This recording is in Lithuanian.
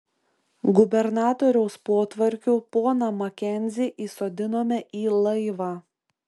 gubernatoriaus potvarkiu poną makenzį įsodinome į laivą